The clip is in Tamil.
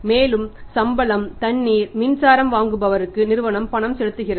மேலும் சம்பளம் தண்ணீர் மின்சாரம் வழங்குபவருக்கு நிறுவனம் பணம் செலுத்துகிறது